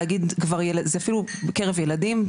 זה אפילו בקרב ילדים,